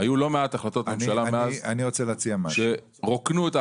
היו לא מעט החלטות ממשלה מאז שרוקנו מתוכן